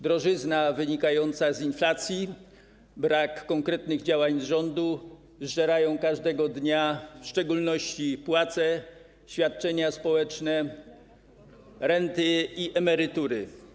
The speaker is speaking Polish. Drożyzna wynikająca z inflacji, brak konkretnych działań rządu zżerają każdego dnia w szczególności płace, świadczenia społeczne, renty i emerytury.